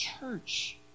church